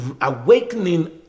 awakening